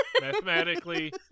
mathematically